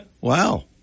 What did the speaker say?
Wow